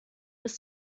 bis